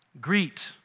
Greet